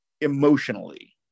emotionally